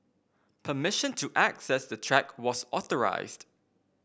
permission to access the track was authorised